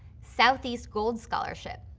southeast gold scholarship.